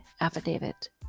affidavit